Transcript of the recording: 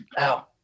Ow